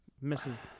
misses